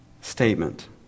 statement